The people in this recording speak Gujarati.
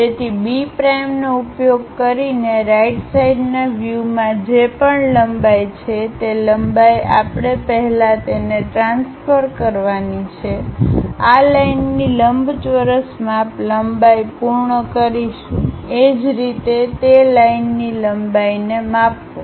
તેથી B પ્રાઈમનો ઉપયોગ કરીને રાઈટ સાઈડના વ્યૂ માં જે પણ લંબાઈ છે તે લંબાઈ આપણે પહેલા તેને ટ્રાન્સફર કરવાની છે આ લાઇનની લંબચોરસ માપ લંબાઈ પૂર્ણ કરીશું એ જ રીતે તે લાઇનની લંબાઈને માપો